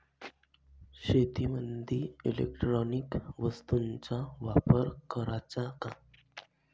शेतीमंदी इलेक्ट्रॉनिक वस्तूचा वापर कराचा का?